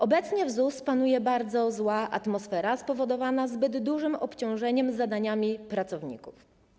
Obecnie w ZUS panuje bardzo zła atmosfera spowodowana zbyt dużym obciążeniem zadaniami pracowników.